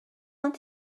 want